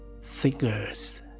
fingers